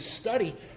study